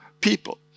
people